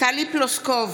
טלי פלוסקוב,